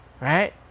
right